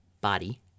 body